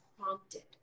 prompted